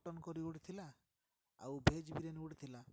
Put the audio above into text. ଆଉ mutton curry ଗୋଟେ ଥିଲା ଆଉ ଭେଜ୍ ବିରିୟାନୀ ଗୋଟେ ଥିଲା